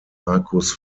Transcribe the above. marcus